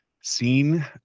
seen